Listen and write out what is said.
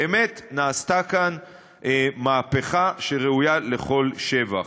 באמת, נעשתה כאן מהפכה שראויה לכל שבח.